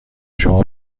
شما